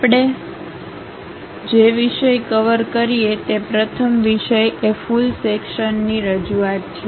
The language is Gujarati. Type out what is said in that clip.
આપણે જે વિષય કવર કરીએ તે પ્રથમ વિષય એ ફુલ સેક્શન્ની રજૂઆત છે